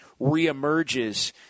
reemerges